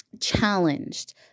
challenged